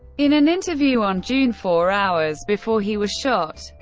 in an interview on june four, hours before he was shot,